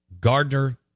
Gardner